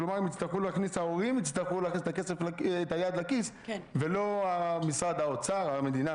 כלומר ההורים הצטרכו להכניס את היד לכיס ולא משרד האוצר או המדינה,